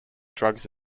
drugs